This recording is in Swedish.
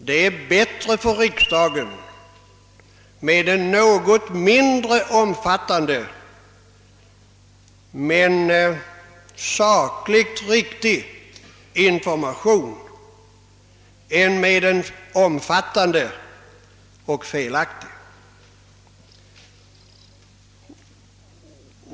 Det är bättre för riksdagen med en något mindre omfattande men sakligt riktig information än med en omfattande och felaktig.